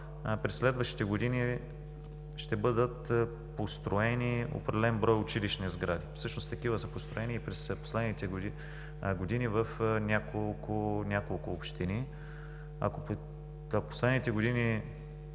през следващите години ще бъдат построени определен брой училищни сгради. Всъщност такива са построени и през последните години в няколко общини. Ако през последните години